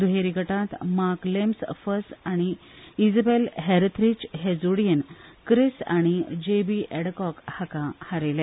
दुहेरी गटांत Mark Lamsfuss आनी इजेबेल हेरथ्रीच हे जोडयेन क्रिस आनी जेबी एडकॉक हांका हारयले